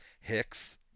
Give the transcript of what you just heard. Hicks